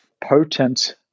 potent